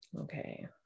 Okay